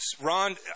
Ron